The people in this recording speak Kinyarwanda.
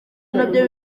nabyo